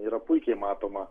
yra puikiai matoma